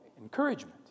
encouragement